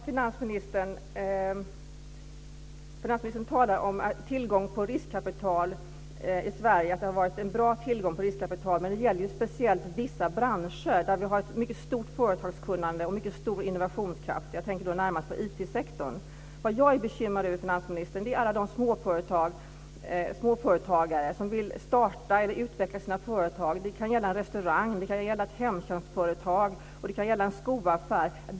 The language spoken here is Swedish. Fru talman! Finansministern talar om att det har varit en bra tillgång på riskkapital i Sverige, men det gäller ju speciellt vissa branscher där vi har ett mycket stort företagskunnande och en mycket stor innovationskraft. Jag tänker då närmast på IT-sektorn. Det jag är bekymrad över, finansministern, är alla de småföretagare som vill starta eller utveckla sina företag. Det kan gälla en restaurang, ett hemtjänstföretag eller en skoaffär.